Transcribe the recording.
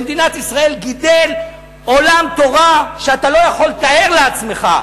במדינת ישראל גידל עולם תורה שאתה לא יכול לתאר לעצמך.